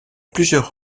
plusieurs